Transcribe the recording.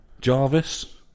Jarvis